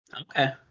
Okay